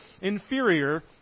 inferior